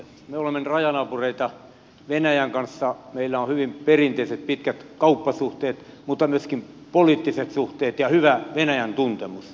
me olemme rajanaapureita venäjän kanssa meillä on hyvin perinteiset pitkät kauppasuhteet mutta myöskin poliittiset suhteet ja hyvä venäjän tuntemus